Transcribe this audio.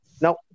Now